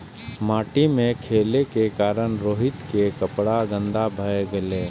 माटि मे खेलै के कारण रोहित के कपड़ा गंदा भए गेलै